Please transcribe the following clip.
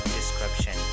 description